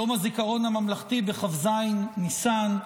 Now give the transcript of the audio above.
יום הזיכרון הממלכתי בכ"ז בניסן,